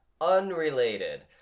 Unrelated